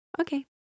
Okay